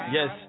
Yes